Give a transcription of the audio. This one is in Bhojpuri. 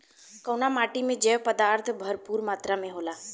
कउना माटी मे जैव पदार्थ भरपूर मात्रा में होला?